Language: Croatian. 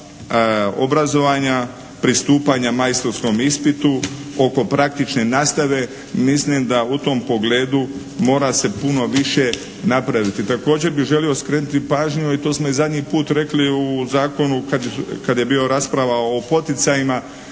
obrazovanja, pristupanja majstorskom ispitu, oko praktične nastave mislim da u tom pogledu mora se puno više napraviti. Također bih želio skrenuti pažnju i to smo i zadnji put rekli u zakonu kad je bila rasprava o poticajima